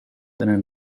einen